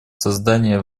создание